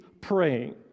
praying